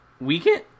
weekend